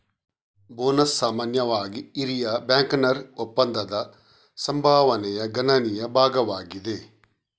bonus ಸಾಮಾನ್ಯವಾಗಿ ಹಿರಿಯ ಬ್ಯಾಂಕರ್ನ ಒಪ್ಪಂದದ ಸಂಭಾವನೆಯ ಗಣನೀಯ ಭಾಗವಾಗಿದೆ